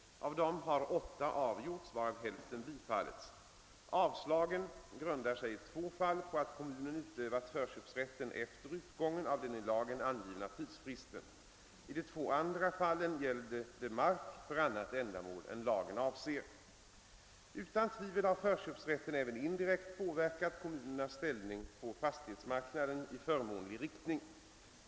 Av dem har åtta avgjorts, varav hälften bifallits. Avslagen grundar sig i två fall på att kommunen utövat förköpsrätten efter utgången av den i lagen angivna tidsfristen. I de två andra gällde det mark för annat ändamål än lagen avser. Utan tvivel har förköpsrätten även indirekt påverkat kommunernas ställning på fastighetsmarknaden i förmånlig riktning.